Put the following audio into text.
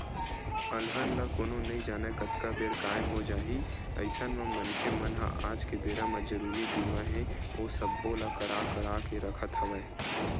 अलहन ल कोनो नइ जानय कतका बेर काय हो जाही अइसन म मनखे मन ह आज के बेरा म जरुरी बीमा हे ओ सब्बो ल करा करा के रखत हवय